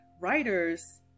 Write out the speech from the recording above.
writers